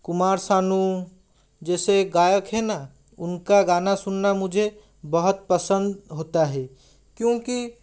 कुमार सानू जैसे गायक है ना उनका गाना सुनना मुझे बहुत पसंद होता है क्योंकि